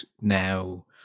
now